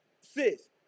sis